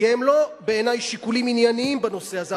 כי בעיני הם לא שיקולים ענייניים בנושא הזה,